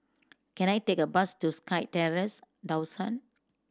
can I take a bus to SkyTerrace Dawson